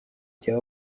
cya